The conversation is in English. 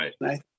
Right